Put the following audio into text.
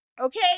Okay